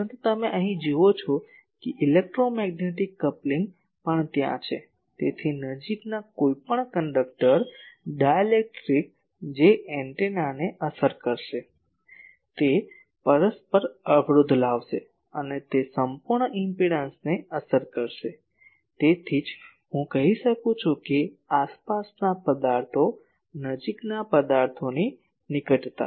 પરંતુ અહીં તમે જુઓ છો કે ઇલેક્ટ્રોમેગ્નેટિક કપ્લિંગ પણ ત્યાં છે તેથી નજીકના કોઈપણ કંડક્ટર ડાઇલેક્ટ્રિક જે એન્ટેનાને અસર કરશે તે પરસ્પર અવરોધ લાવશે અને તે સંપૂર્ણ ઇમ્પેડંસને અસર કરશે તેથી જ હું કહી શકું છું કે આસપાસના પદાર્થો નજીકના પદાર્થોની નિકટતા